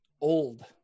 old